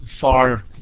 far